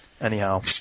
Anyhow